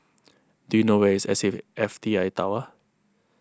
do you know where is S A fee F T I Tower